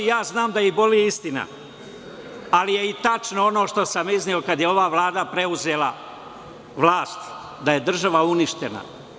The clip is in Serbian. Ja znam da ih boli istina, ali je i tačno ono što sam izneo kad je ova Vlada preuzela vlast da je država uništena.